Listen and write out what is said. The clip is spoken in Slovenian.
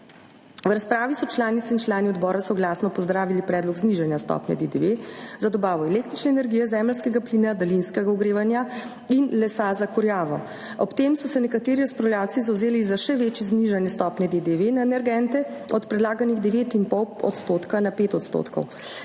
V razpravi so članice in člani odbora soglasno pozdravili predlog znižanja stopnje DDV za dobavo električne energije, zemeljskega plina, daljinskega ogrevanja in lesa za kurjavo. Ob tem so se nekateri razpravljavci zavzeli za še večje znižanje stopnje DDV na energente − od predlaganih 9,5 % na 5 %.